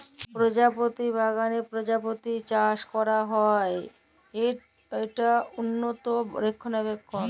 পরজাপতি বাগালে পরজাপতি চাষ ক্যরা হ্যয় ইট উল্লত রখলাবেখল